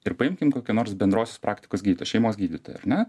ir paimkime kokią nors bendrosios praktikos gydytoją šeimos gydytoją ar ne